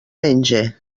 menge